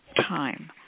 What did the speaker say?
time